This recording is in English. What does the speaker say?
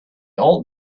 old